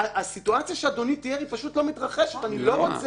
פשע חמור זה עשר